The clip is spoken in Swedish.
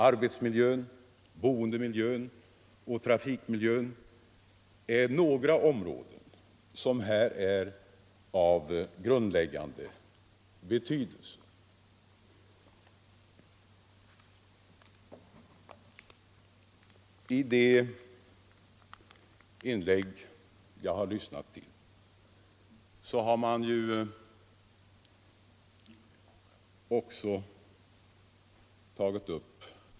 Arbetsmiljö, boendemiljö och trafikmiljö är några områden som här är av grundläggande betydelse. I de inlägg jag lyssnat till har också THX tagits upp.